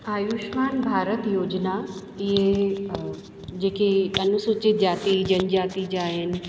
आयुष्मान भारत योजना इहे जेके अनुसूचित जाति जन जाति जा आहिनि